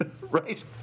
Right